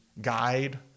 guide